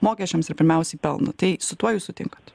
mokesčiams ir pirmiausiai pelno tai su tuo jūs sutinkat